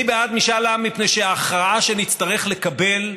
אני בעד משאל עם מפני שההכרעה שנצטרך לקבל,